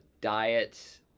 diet